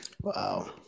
Wow